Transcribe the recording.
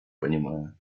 понимая